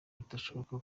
bitashoboka